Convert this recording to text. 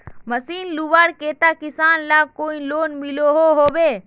Machine लुबार केते किसान लाक कोई लोन मिलोहो होबे?